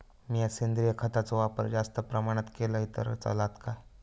मीया सेंद्रिय खताचो वापर जास्त प्रमाणात केलय तर चलात काय?